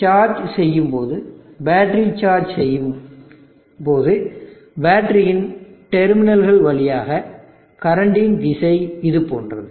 எனவே சார்ஜ் செய்யும் போது பேட்டரி சார்ஜ் செய்யப்படும்போது பேட்டரியின் டெர்மினல்கள் வழியாக கரண்டின் திசை இது போன்றது